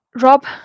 Rob